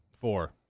Four